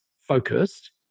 focused